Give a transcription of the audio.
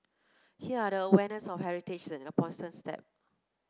here the awareness of heritage is an important step